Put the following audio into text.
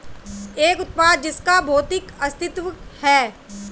एक उत्पाद जिसका भौतिक अस्तित्व है?